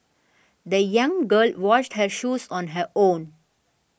the young girl washed her shoes on her own